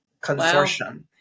consortium